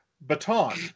baton